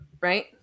right